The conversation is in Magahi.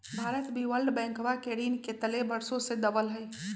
भारत भी वर्ल्ड बैंकवा के ऋण के तले वर्षों से दबल हई